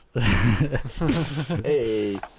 Hey